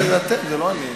זה אתם, זה לא אני.